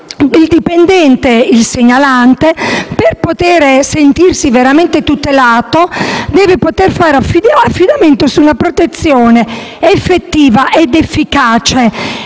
il dipendente segnalante, per potersi sentire veramente tutelato, deve poter far affidamento su una protezione effettiva ed efficace